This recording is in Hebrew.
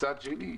מצד שני,